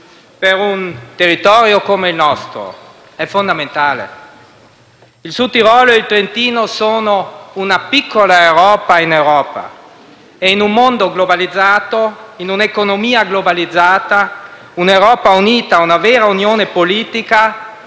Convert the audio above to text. per un territorio come il nostro, è fondamentale. Il Sudtirolo e il Trentino sono una piccola Europa in Europa e, in un mondo globalizzato, in un'economia globalizzata, un'Europa unita e una vera unione politica